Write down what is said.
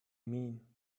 mean